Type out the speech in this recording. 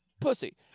Pussy